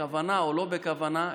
בכוונה או לא בכוונה,